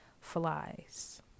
flies